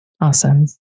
Awesome